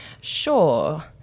Sure